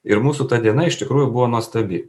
ir mūsų ta diena iš tikrųjų buvo nuostabi